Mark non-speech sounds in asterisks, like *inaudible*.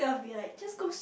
*breath*